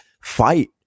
fight